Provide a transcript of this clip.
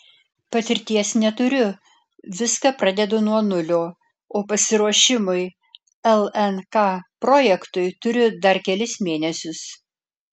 patirties neturiu viską pradedu nuo nulio o pasiruošimui lnk projektui turiu dar kelis mėnesius